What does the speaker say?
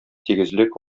тигезлек